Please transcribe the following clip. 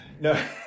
no